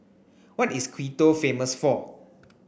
what is Quito famous for